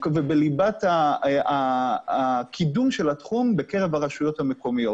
ובליבת הקידום של התחום בקרב הרשויות המקומיות.